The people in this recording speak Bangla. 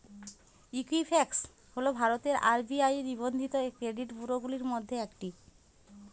ঈকুইফ্যাক্স হল ভারতের আর.বি.আই নিবন্ধিত ক্রেডিট ব্যুরোগুলির মধ্যে একটি